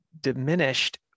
diminished